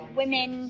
women